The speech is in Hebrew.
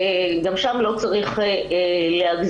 וגם שם לא צריך להגזים.